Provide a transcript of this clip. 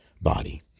body